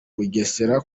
bugesera